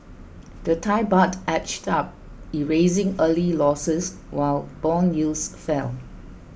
the Thai Baht edged up erasing early losses while bond yields fell